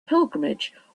pilgrimage